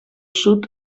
sud